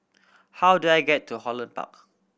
how do I get to Holland Park